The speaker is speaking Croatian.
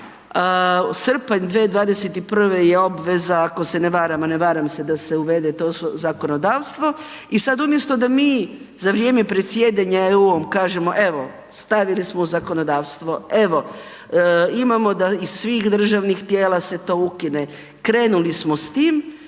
Srpanj 2021. je obveza ako se ne varam, a ne varam se da se uvede to u zakonodavstvo i sad umjesto da mi za vrijeme predsjedanja EU-om kažemo evo stavili smo u zakonodavstvo, evo imamo da iz svih državnih tijela se to ukine, krenuli smo s tim,